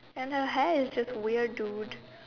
and her hair is just weird dude